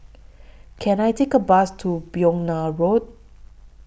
Can I Take A Bus to Begonia Road